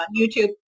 YouTube